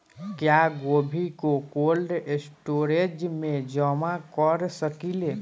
क्या गोभी को कोल्ड स्टोरेज में जमा कर सकिले?